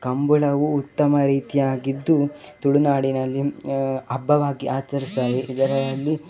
ಕಂಬಳವು ಉತ್ತಮ ರೀತಿಯಾಗಿದ್ದು ತುಳುನಾಡಿನಲ್ಲಿ ಹಬ್ಬವಾಗಿ ಆಚರಿಸ್ತಾರೆ ಇದರಲ್ಲಿ